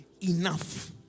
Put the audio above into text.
enough